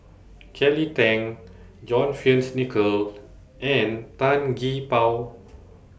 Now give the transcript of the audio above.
Kelly Tang John Fearns Nicoll and Tan Gee Paw